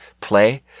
play